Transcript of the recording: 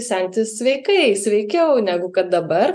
senti sveikai sveikiau negu kad dabar